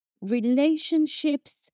relationships